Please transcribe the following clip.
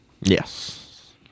Yes